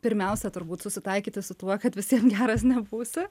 pirmiausia turbūt susitaikyti su tuo kad visiem geras nebūsi